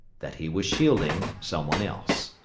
that he was shielding some one else.